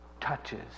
touches